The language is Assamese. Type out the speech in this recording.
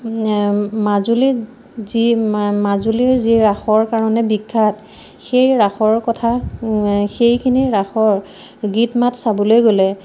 মাজুলীৰ যি মাজুলীৰ যি ৰাসৰ কাৰণে বিখ্যাত সেই ৰাসৰ কথা সেইখিনি ৰাসৰ গীত মাত চাবলৈ গ'লে